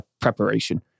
preparation